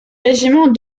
régiment